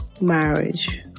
marriage